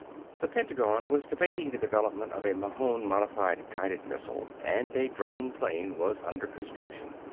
the pentagon was debating the development of a mahon-modified guided missile, and a drone plane was under construction.